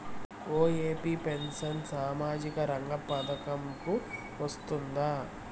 OAP pension సామాజిక రంగ పథకం కు వస్తుందా?